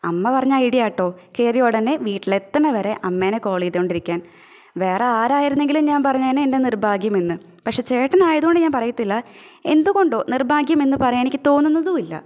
അമ്മ പറഞ്ഞ ഐഡിയാട്ടോ കയറിയൊടനെ വീട്ടിലെത്തണ വരെ അമ്മേനെ കോള് ചെയ്തോണ്ടിരിക്കാന് വേറെ ആരായിരുന്നെങ്കിലും ഞാന് പറഞ്ഞേനേ എന്റെ നിര്ഭാഗ്യമെന്ന് പക്ഷേ ചേട്ടനായത് കൊണ്ട് ഞാന് പറയത്തില്ല എന്തുകൊണ്ടോ നിര്ഭാഗ്യമെന്ന് പറയാന് എനിക്ക് തോന്നുന്നതുവില്ല